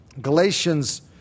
Galatians